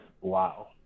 wow